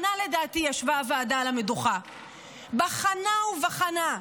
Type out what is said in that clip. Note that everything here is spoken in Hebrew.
שנה, לדעתי, ישבה הוועדה על המדוכה, בחנה ובחנה.